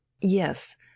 Yes